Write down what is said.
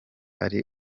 ari